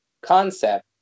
concept